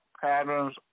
Patterns